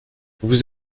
vous